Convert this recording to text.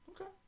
Okay